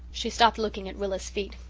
she stopped looking at rilla's feet.